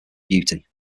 beauty